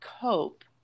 cope